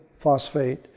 phosphate